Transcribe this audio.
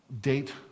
date